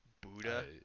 Buddha